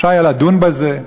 אפשר היה לדון בזה,